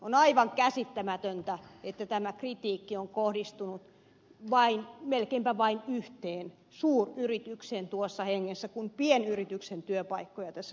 on aivan käsittämätöntä että tämä kritiikki on kohdistunut melkeinpä vain yhteen suuryritykseen tuossa hengessä kun pienyrityksen työpaikkoja tässä suojellaan